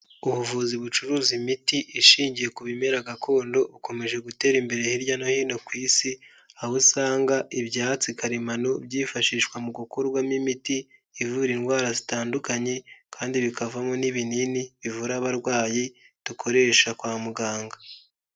Ubuvuzi bucuruza imiti ishingiye ku bimera gakondo ukomeje gutera imbere hirya no hino ku isi, aho usanga ibyatsi karemano byifashishwa mu gukorwamo imiti ivura indwara zitandukanye kandi bikavamo n'ibinini bivura abarwayi, dukoresha kwa muganga.